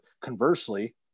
conversely